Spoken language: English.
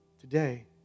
today